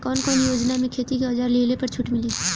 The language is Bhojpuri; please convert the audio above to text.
कवन कवन योजना मै खेती के औजार लिहले पर छुट मिली?